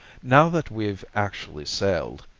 now that we've actually sailed,